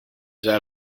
that